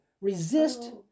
resist